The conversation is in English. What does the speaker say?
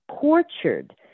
tortured